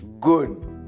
Good